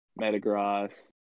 metagross